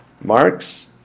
Marx